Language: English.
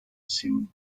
seemed